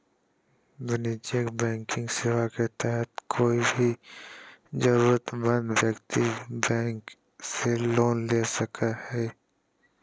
वाणिज्यिक बैंकिंग सेवा के तहत कोय भी जरूरतमंद व्यक्ति बैंक से लोन ले सको हय